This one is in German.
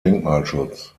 denkmalschutz